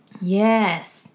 Yes